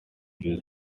use